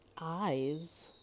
eyes